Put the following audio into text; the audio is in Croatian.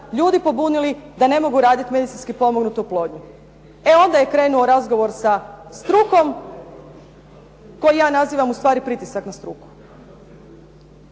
ljudi pobunili da ne mogu raditi medicinski potpomognutu oplodnju. E onda je krenuo razgovor sa strukom, koji ja nazivam pritisak na struku.